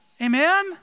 Amen